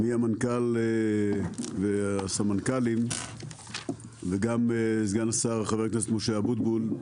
המנכ"ל, הסמנכ"לים וגם סגן השר חה"כ משה אבוטבול.